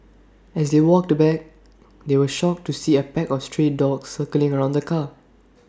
as they walked back they were shocked to see A pack of stray dogs circling around the car